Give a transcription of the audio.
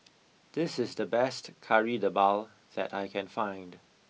this is the best kari debal that I can find